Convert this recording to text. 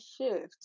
shift